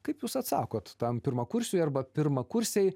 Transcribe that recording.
kaip jūs atsakot tam pirmakursiui arba pirmakursei